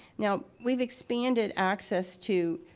now we've expanded access to